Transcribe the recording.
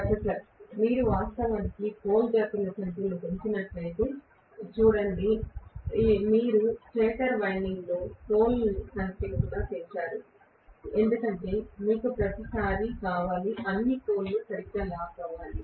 professor మీరు వాస్తవానికి pole జతల సంఖ్యను పెంచినప్పటికీ చూడండి మీరు స్టేటర్ వైండింగ్లోని పోల్ ల సంఖ్యను కూడా పెంచారు ఎందుకంటే మీకు ప్రతిసారీ కావాలి అన్ని పోల్ లు సరిగ్గా లాక్ అవ్వాలి